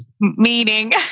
Meaning